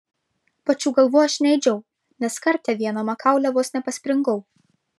pačių galvų aš neėdžiau nes kartą viena makaule vos nepaspringau